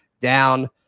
down